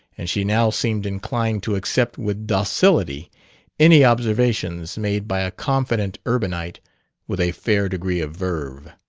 and she now seemed inclined to accept with docility any observations made by a confident urbanite with a fair degree of verve.